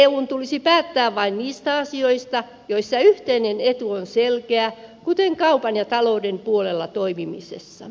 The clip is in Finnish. eun tulisi päättää vain niistä asioista joissa yhteinen etu on selkeä kuten kaupan ja talouden puolella toimimisessa